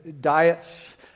diets